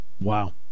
wow